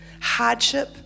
Hardship